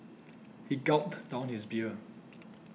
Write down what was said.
he gulped down his beer